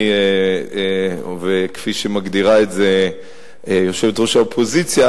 וכפי שמגדירה את זה יושבת-ראש האופוזיציה,